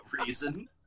reason